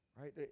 right